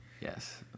yes